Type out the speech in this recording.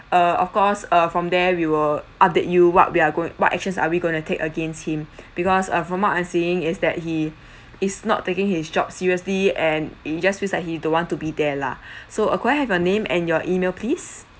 uh of course uh from there we will update you what we are going what actions are we going to take against him because ah from what I'm seeing is that he is not taking his job seriously and it just feels like he don't want to be there lah so uh could I have your name and your email please